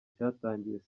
cyatangiye